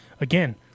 again